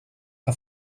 que